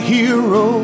hero